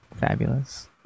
Fabulous